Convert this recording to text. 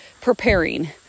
preparing